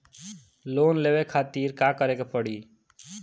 Loan लेवे खातिर का करे के पड़ी?